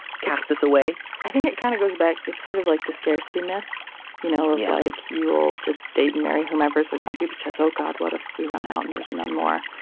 cast us away i think it kind of goes back. it's sort of like the scarcity myth you know like you all just date and marry whomever is around you because oh god what if we run out and there's none more.